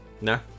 No